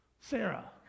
Sarah